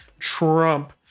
Trump